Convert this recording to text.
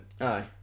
Aye